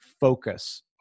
focus